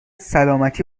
سلامتی